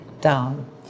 down